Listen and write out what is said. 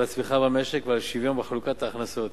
על הצמיחה במשק ועל השוויון בחלוקת ההכנסות.